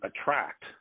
attract